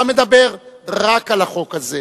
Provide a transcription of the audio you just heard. אתה מדבר רק על החוק הזה,